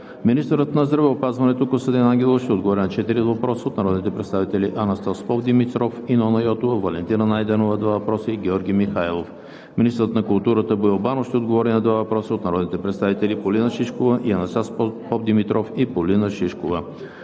Министърът на здравеопазването Костадин Ангелов ще отговори на четири въпроса от народните представители Анастас Попдимитров и Нона Йотова; Валентина Найденова – два въпроса; и Георги Михайлов. 4. Министърът на културата Боил Банов ще отговори на два въпроса от народните представители Полина Шишкова и Анастас Попдимитров; и Полина Шишкова.